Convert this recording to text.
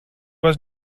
was